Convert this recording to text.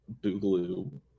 Boogaloo